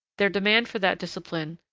their demand for that discipline,